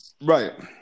Right